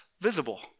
visible